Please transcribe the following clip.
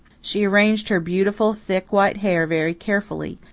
she arranged her beautiful, thick, white hair very carefully,